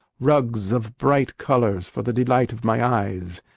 rugs of bright colors for the delight of my eyes,